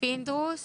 פינדרוס